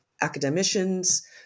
academicians